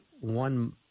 one